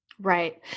Right